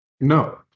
no